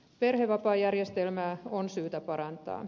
perhevapaajärjestelmää on syytä parantaa